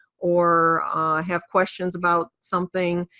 or have questions about something.